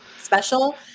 special